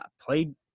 played